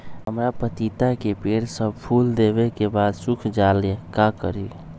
हमरा पतिता के पेड़ सब फुल देबे के बाद सुख जाले का करी?